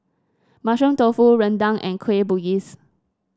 Mushroom Tofu rendang and Kueh Bugis